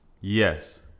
yes